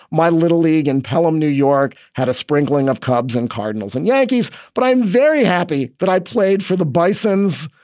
my little league and pelham, new york had a sprinkling of cubs and cardinals and yankees. but i'm very happy that i played for the bisons,